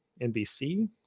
NBC